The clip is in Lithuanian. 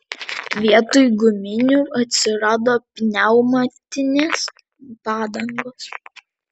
vietoj guminių atsirado pneumatinės padangos